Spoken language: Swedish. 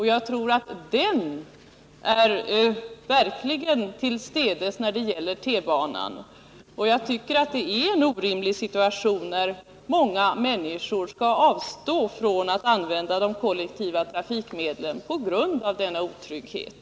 Jag tror att den verkligen är tillstädes när det gäller T-banan, och jag tycker att det är en orimlig situation att många människor måste avstå från att använda de kollektiva trafikmedlen på grund av denna otrygghet.